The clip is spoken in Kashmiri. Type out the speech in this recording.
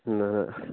نہَ نہَ